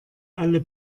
alle